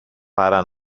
παρά